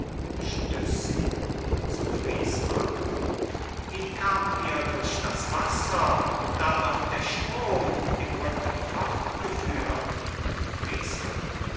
wie kamt ihr durch das wasser da doch der strom die brücken fortgeführt